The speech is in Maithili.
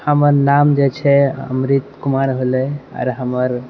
हमर नाम जे छै अमृत कुमार भेलै आओर हमर